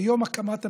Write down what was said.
ביום הקמת המדינה,